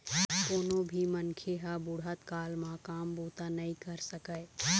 कोनो भी मनखे ह बुढ़त काल म काम बूता नइ कर सकय